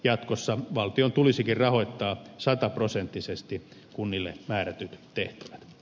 jatkossa valtion tulisikin rahoittaa sataprosenttisesti kunnille määrätyt tehtävät